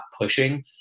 pushing